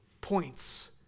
points